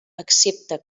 accepta